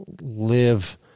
live